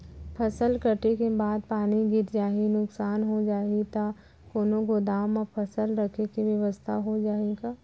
फसल कटे के बाद पानी गिर जाही, नुकसान हो जाही त कोनो गोदाम म फसल रखे के बेवस्था हो जाही का?